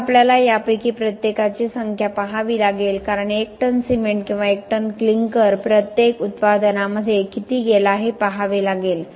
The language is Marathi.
पुढे आपल्याला यापैकी प्रत्येकाची संख्या पहावी लागेल कारण एक टन सिमेंट किंवा एक टन क्लिंकर प्रत्येक उत्पादनामध्ये किती गेला हे पहावे लागेल